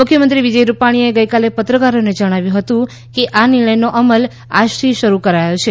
મુખ્યમંત્રી વિજય રૂપાણીએ ગઈકાલે પત્રકારોને જણાવ્યું હતું કે આ નિર્ણયનો અમલ આજથી થશે